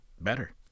better